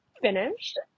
finished